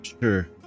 Sure